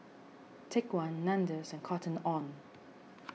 Take one Nandos and Cotton on